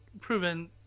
proven